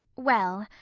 well,